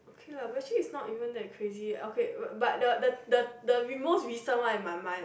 okay lah but actually is not even that crazy okay but the the the most recent one in my mind lah